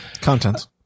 contents